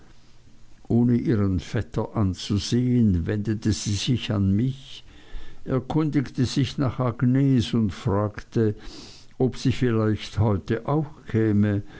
ohne ihren vetter anzusehen wendete sie sich an mich erkundigte sich nach agnes und fragte ob sie vielleicht heute auch käme